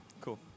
Cool